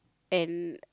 and